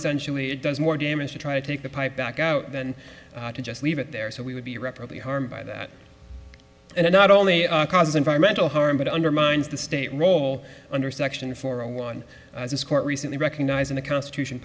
essentially it does more damage to try to take the pipe back out than to just leave it there so we would be irreparably harmed by that and not only cause environmental harm but undermines the state role under section four a one court recently recognizing the constitution